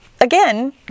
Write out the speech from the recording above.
Again